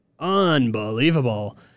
unbelievable